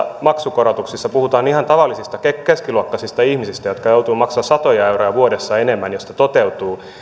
maksukorotuksissa puhutaan ihan tavallisista keskiluokkaisista ihmisistä jotka joutuvat maksamaan satoja euroja vuodessa enemmän jos tämä toteutuu